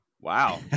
Wow